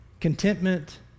Contentment